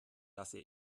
lasse